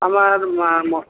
আমার মা